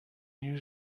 new